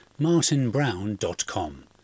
martinbrown.com